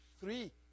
Three